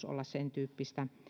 olla sentyyppistä